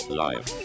life